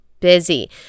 busy